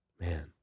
Man